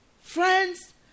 friends